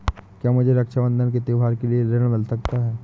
क्या मुझे रक्षाबंधन के त्योहार के लिए ऋण मिल सकता है?